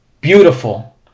beautiful